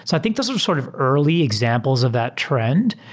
so i think those are sort of early examples of that trend.